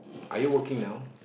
are you working now